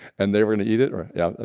and they were gonna eat it or yeah, ah